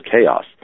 chaos